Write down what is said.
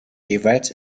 jeweils